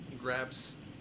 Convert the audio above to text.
grabs